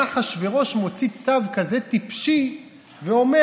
מה אחשוורוש מוציא צו כזה טיפשי ואומר: